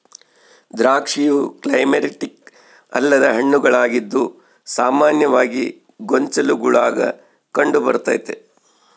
ದ್ರಾಕ್ಷಿಯು ಕ್ಲೈಮ್ಯಾಕ್ಟೀರಿಕ್ ಅಲ್ಲದ ಹಣ್ಣುಗಳಾಗಿದ್ದು ಸಾಮಾನ್ಯವಾಗಿ ಗೊಂಚಲುಗುಳಾಗ ಕಂಡುಬರ್ತತೆ